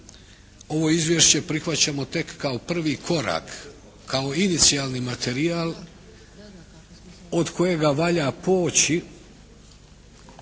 ovo izvješće prihvaćamo tek kao prvi korak, kao inicijalni materijal od kojega valja poći